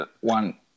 one